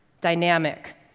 dynamic